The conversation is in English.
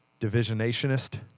Divisionationist